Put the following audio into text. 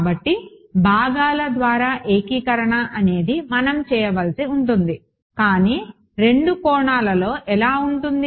కాబట్టి భాగాల ద్వారా ఏకీకరణ అనేది మనం చేయవలసి ఉంటుంది కానీ రెండు కోణాలలో ఎలా ఉంటుంది